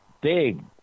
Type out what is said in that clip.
big